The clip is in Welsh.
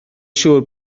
siŵr